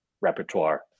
repertoire